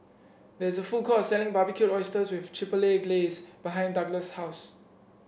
there is a food court selling Barbecued Oysters with Chipotle Glaze behind Douglas' house